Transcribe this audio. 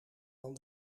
van